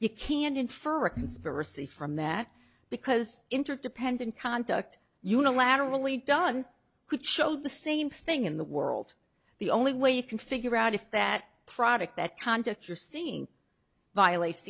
you can infer a conspiracy from that because interdependent conduct unilaterally done could show the same thing in the world the only way you can figure out if that product that conduct you're seeing violates